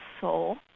soul